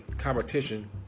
competition